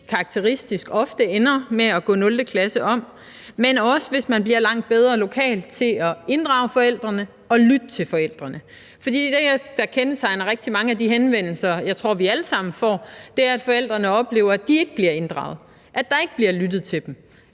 karakteristisk ofte ender med at gå 0. klasse om, men også hvis man bliver langt bedre lokalt til at inddrage forældrene og til at lytte til forældrene. For det, der kendetegner rigtig mange af de henvendelser, jeg tror vi alle sammen får, er, at forældrene oplever, at de ikke bliver inddraget, at der ikke bliver lyttet til dem,